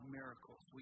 miracles